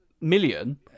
million